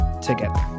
together